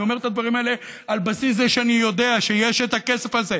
אני אומר את הדברים האלה על בסיס זה שאני יודע שיש את הכסף הזה.